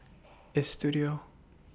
Istudio